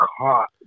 caught